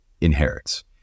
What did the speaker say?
inherits